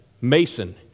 Mason